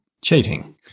cheating